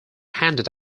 handed